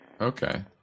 Okay